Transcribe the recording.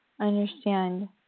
understand